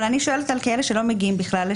אני שואלת לגבי על כאלה שבכלל לא מגיעים לשם.